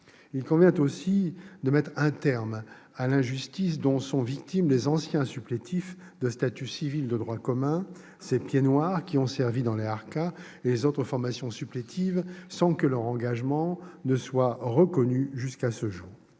Il convient aussi de mettre un terme à l'injustice dont sont victimes les anciens supplétifs de statut civil de droit commun, ces pieds-noirs qui ont servi dans les harkas et les autres formations supplétives sans que leur engagement soit reconnu jusqu'à ce jour.